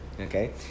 Okay